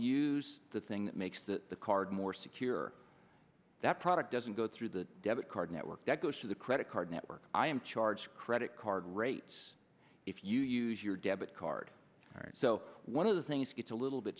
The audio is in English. use the thing that makes the card more secure that product doesn't go through the debit card network that goes to the credit card network i am charge credit card rates if you use your debit card so one of the things gets a little bit